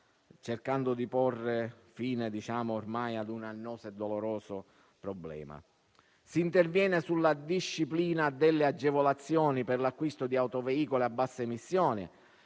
cercando di porre fine a un ormai annoso e doloroso problema. Si interviene anche sulla disciplina delle agevolazioni per l'acquisto di autoveicoli a bassa emissione,